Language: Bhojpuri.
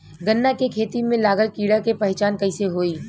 गन्ना के खेती में लागल कीड़ा के पहचान कैसे होयी?